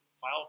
file